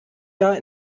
jahr